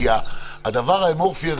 כי הדבר האמורפי הזה,